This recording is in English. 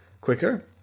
quicker